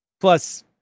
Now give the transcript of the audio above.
Plus